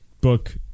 book